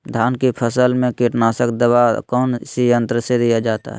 धान की फसल में कीटनाशक दवा कौन सी यंत्र से दिया जाता है?